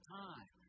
time